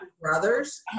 brothers